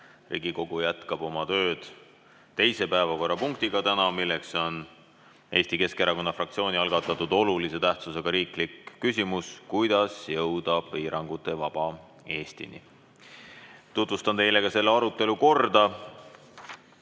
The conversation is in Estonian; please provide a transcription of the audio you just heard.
Riigikogu jätkab oma tööd teise päevakorrapunktiga, milleks on Eesti Keskerakonna fraktsiooni algatatud olulise tähtsusega riikliku küsimuse "Kuidas jõuda piirangutevaba Eestini?" arutelu. Tutvustan teile selle arutelu korda.